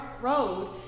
road